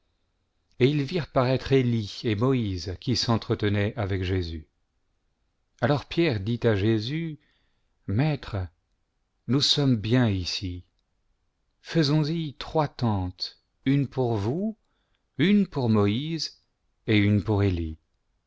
et ils virent paraître elie et moïse qui s'entretenaient avec jésus alors pierre dit à jésus maître nous sommes bien ici j faisons y trois tentes une pour vous une pour moïse et une pour